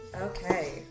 Okay